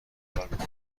خودم